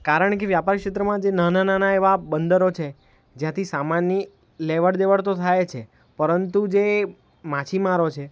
કારણ કે વ્યાપાર ક્ષેત્રમાં જે નાના નાના એવા બંદરો છે જ્યાંથી સામાનની લેવડદેવડ તો થાય છે પરંતુ જે માછીમારો છે